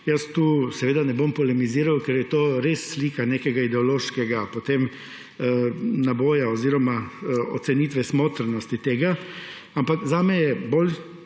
Jaz tukaj seveda ne bom polemiziral, ker je to res slika nekega ideološkega naboja oziroma ocenitve smotrnosti tega, ampak za mene je bolj